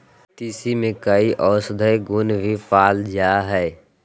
तीसी में कई औषधीय गुण भी पाल जाय हइ